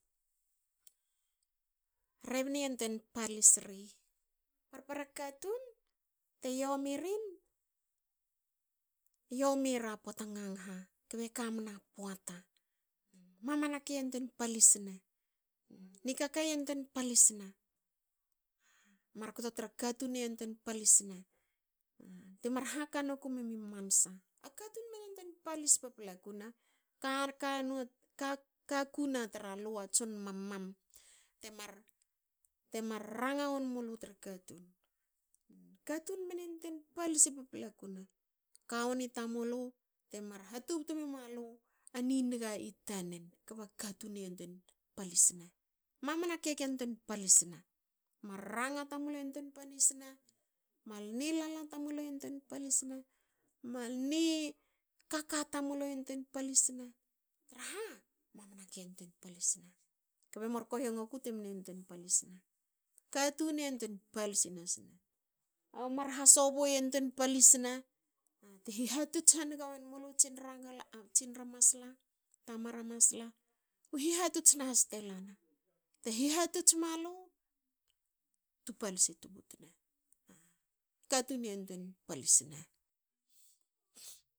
Rebna yantwein palis ri. Parpara katun. te yomi rin. yomi era poata ngangha kbe kamna poata mamana ke yantuein palis ne. Nikaka yantuein palis ne markto tra katun e yantuein palisne. Te mi mar haka noku sme mi mansa. Katun mne yantein palis papla ku ne, ka ka nu tra lu a tsun mam mam te mar, te mar ranga won mulu tra katun. Katun mne yantuein palis papla ku mne ne ka woni tamulu ta mar hatubtu memalu a ninga i tanen kba katun e yantuein palisne, mamana ka yantuein palisne mar ranga tamulu e yantuein palisne traha mamana ka yantwein palisne kbe murkohiongo ku te mne yantuein palisna. Katun e yantuein palis nasne, u mar hasobu e yantwein palisne. te hihatots hanga wen mulu a tsinara masla. tamara masla. u hihatots nahas te la na. U hihatots malu tu palsi tubutne katun e yantuein palisne